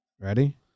Ready